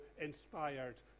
inspired